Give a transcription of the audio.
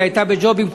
והיא הייתה בג'ובים.